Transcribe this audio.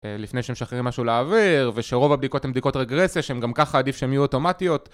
לפני שהם שחררים משהו לעוור ושרוב הבדיקות הן בדיקות רגרסיה שהן גם ככה עדיף שהן יהיו אוטומטיות.